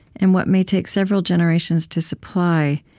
and what may take several generations to supply,